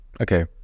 Okay